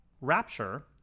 Rapture